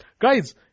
Guys